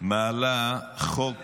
מעלה חוק